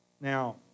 Now